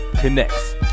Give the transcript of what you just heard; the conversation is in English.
connects